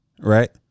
right